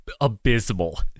abysmal